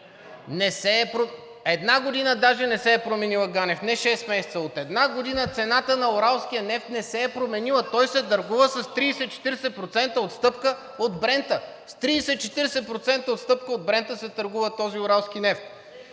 Не се е променила. Една година даже не се е променила, Ганев, не шест месеца. От една година цената на уралския нефт не се е променила, той се търгува с 30 - 40% отстъпка от Брента. С 30 - 40% отстъпка от Брента се търгува този уралски нефт!